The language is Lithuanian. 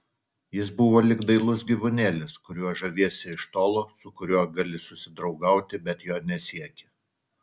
jis buvo lyg dailus gyvūnėlis kuriuo žaviesi iš tolo su kuriuo gali susidraugauti bet jo nesieki